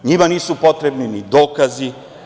NJima nisu potrebni dokazi.